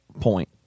point